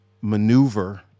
maneuver